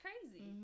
crazy